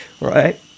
right